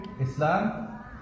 Islam